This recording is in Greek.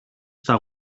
στα